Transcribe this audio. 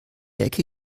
ecke